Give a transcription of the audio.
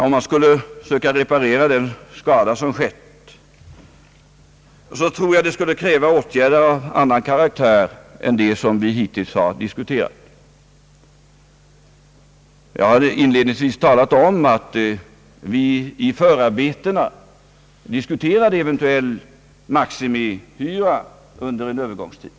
Om vi skulle söka reparera den skada som skett, skulle det kräva åt gärder av annan karaktär än vi hittills har diskuterat. Jag har inledningsvis talat om att vi i förarbetena diskuterade frågan om en eventuell maximihyra under en övergångstid.